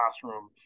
classroom